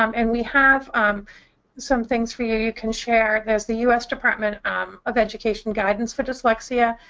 um and we have some things for you you can share. there's the u s. department um of education guidance for dyslexia,